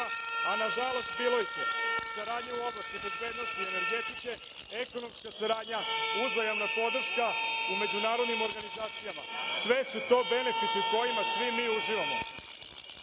a nažalost bilo ih je. Saradnja u oblasti bezbednosti i energetike, ekonomska saradnja, uzajamna podrška u međunarodnim organizacijama, sve su to benefiti u kojima svi mi uživamo. Još